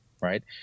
right